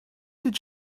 did